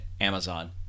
Amazon